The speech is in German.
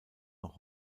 noch